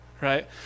right